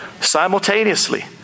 simultaneously